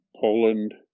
Poland